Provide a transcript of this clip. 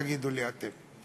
תגידו לי אתם.